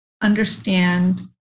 Understand